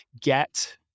get